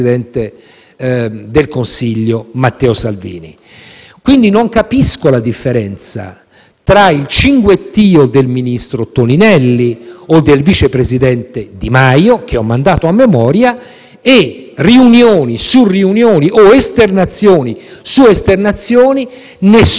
tra il cinguettio del ministro Toninelli o del vice presidente Di Maio, che ho mandato a memoria, e riunioni su riunioni o esternazioni su esternazioni, con nessuna delle due posizioni supportata, però, da un atto amministrativo, da un provvedimento collegiale